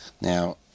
Now